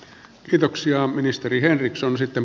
kiitoksia ministeri henriksson sitten